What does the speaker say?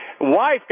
wife